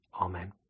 amen